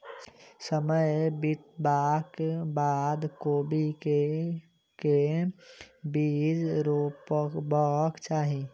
समय बितबाक बाद कोबी केँ के बीज रोपबाक चाहि?